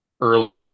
early